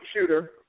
shooter